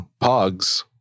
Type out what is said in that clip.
Pogs